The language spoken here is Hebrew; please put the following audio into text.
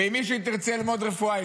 ואם מישהי תרצה ללמוד רפואה,